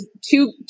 two